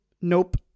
Nope